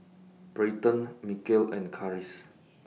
Brayden Mikeal and Karis